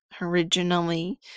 originally